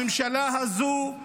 הממשלה הזו,